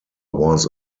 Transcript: was